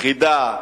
יחידה